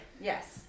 Yes